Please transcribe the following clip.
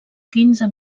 quinze